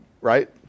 right